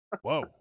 Whoa